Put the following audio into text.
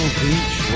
beach